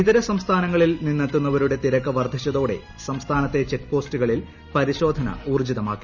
ഇതര സംസ്ഥാനങ്ങളിൽ നിന്നെത്തുന്നവരുടെ തിരക്ക് വർധിച്ചതോടെ സംസ്ഥാനത്തെ ചെക്ക്പോസ്റ്റുകളിൽ പരിശോധന ഊർജിതമാക്കി